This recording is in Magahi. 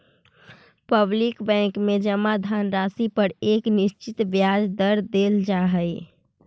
पब्लिक बैंक में जमा धनराशि पर एक निश्चित ब्याज दर देल जा हइ